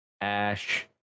Ash